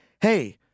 hey